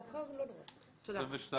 תודה.